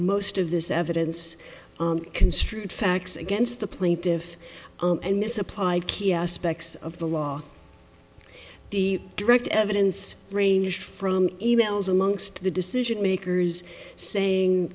most of this evidence construed facts against the plaintive and misapplied key aspects of the law the direct evidence ranged from e mails amongst the decision makers saying